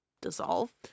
dissolve